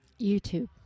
YouTube